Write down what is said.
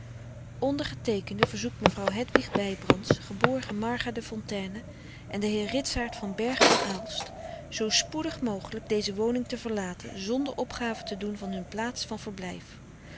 ondergeteekende verzoekt mevrouw hedwig wybrands geboren marga de fontayne en den heer frederik van eeden van de koele meren des doods ritsaart van bergh van aalst zoo spoedig mogelijk deze woning te verlaten zonder opgave te doen van hun plaats van verblijf